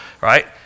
right